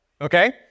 okay